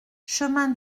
chemin